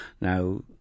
Now